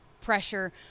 pressure